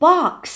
Box